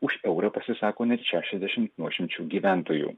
už eurą pasisako net šešiasdešimt nuošimčių gyventojų